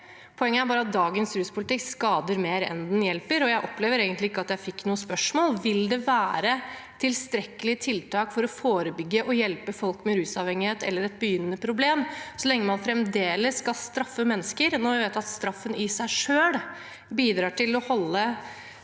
Poenget er bare at dagens ruspolitikk skader mer enn den hjelper. Jeg opplever egentlig ikke at jeg fikk noe svar på spørsmålet: Vil det være tilstrekkelige tiltak for å forebygge og hjelpe folk med rusavhengighet eller med et begynnende problem så lenge man fremdeles skal straffe mennesker, når vi vet at straffen i seg selv bidrar til å holde